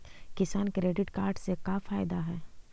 किसान credit card से का फायदा है?